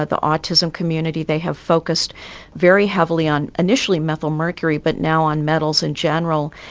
ah the autism community, they have focused very heavily on initially methyl mercury but now on metals in general.